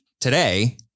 today